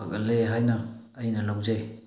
ꯐꯒꯠꯂꯦ ꯍꯥꯏꯅ ꯑꯩꯅ ꯂꯧꯖꯩ